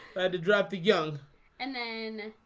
had to drop the young and then